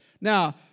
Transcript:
Now